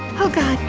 oh god,